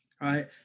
right